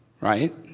right